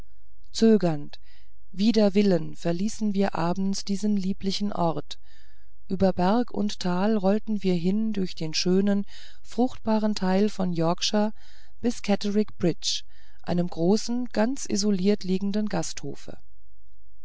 zögernd wider willen verließen wir abends diesen lieblichen ort über berg und tal rollten wir hin durch den schönen fruchtbaren teil von yorkshire bis catterick bridge einem großen ganz isoliert liegenden gasthofe